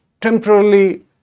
temporarily